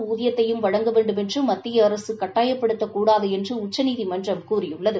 ஊதியத்தையும் வழங்க வேண்டுமென்று மத்திய அரசு கட்டாயப்படுத்தக்கூடாது என்று உச்சநீதிமன்றம் கூறியுள்ளது